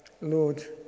Lord